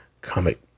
comic